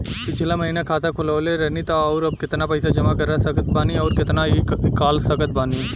पिछला महीना खाता खोलवैले रहनी ह और अब केतना पैसा जमा कर सकत बानी आउर केतना इ कॉलसकत बानी?